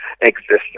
existence